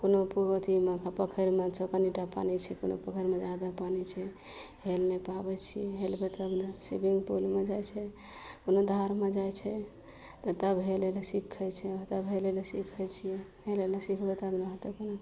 कोनोपर अथीमे पोखरिमे छौ कनिटा पानि छै कोनो पोखरिमे जादा पानि छै हेल नहि पाबय छियै हेलबय तब ने स्विमिंग पुलमे जाइ छै कोनो धारमे जाइ छै तऽ तब हेलय लए सिखय छै तब हेलय लए सिखय छियै हेलय लए सिखबय तब ने हेतय कोनो